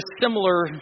similar